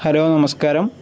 hello നമസ്കാരം